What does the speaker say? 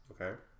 okay